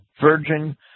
virgin